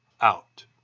out